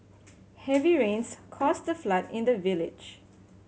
heavy rains caused the flood in the village